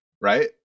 right